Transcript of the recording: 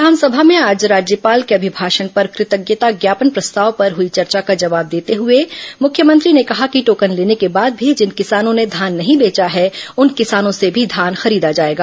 विधानसभा में आज राज्यपाल के अभिषाषण पर कृतज्ञता ज्ञापन प्रस्ताव पर हुई चर्चा का जवाब देते हुए मुख्यमंत्री ने कहा कि टोकन लेने के बाद भी जिन किसानों ने धान नहीं बेचा हैं उन किसानों से भी धान खरीदेगी